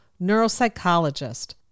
neuropsychologist